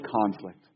conflict